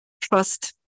Trust